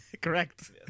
Correct